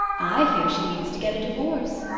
i hear she means to get a divorce,